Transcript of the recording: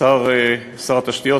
שר התשתיות,